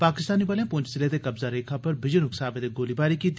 पाकिस्तानी बलें पुंछ जिले दे कब्जा रेखा पर बिजन उकसावे दे गोलीबारी कीती